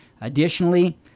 Additionally